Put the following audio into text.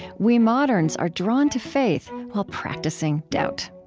we moderns are drawn to faith while practicing doubt.